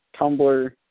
Tumblr